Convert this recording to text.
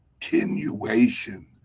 continuation